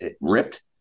ripped